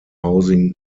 housing